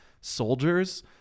soldiers